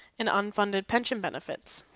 and unfunded pension benefits.